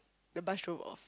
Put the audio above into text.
the bus drove off